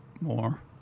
More